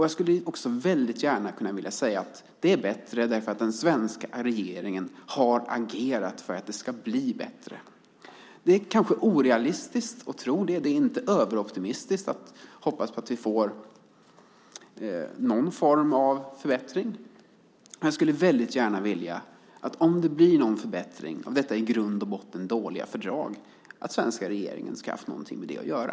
Jag skulle också gärna kunna säga att förslaget är bättre därför att den svenska regeringen har agerat för att det ska bli bättre. Det är kanske orealistiskt att tro det. Det är inte överoptimistiskt att hoppas på att vi får någon form av förbättring. Men jag skulle gärna vilja att om det blir någon förbättring av detta i grund och botten dåliga fördrag så ska den svenska regeringen ha haft någonting med det att göra.